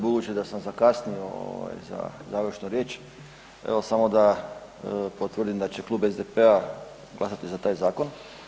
Budući da sam zakasnio za završnu riječ, evo samo da potvrdim da će klub SDP-a glasati za taj zakon.